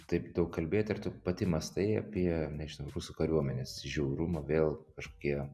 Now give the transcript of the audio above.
taip daug kalbėti ir tu pati mąstai apie nežinau rusų kariuomenės žiaurumą vėl kažkokie